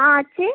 ହଁ ଅଛି